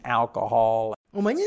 alcohol